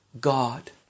God